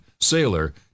sailor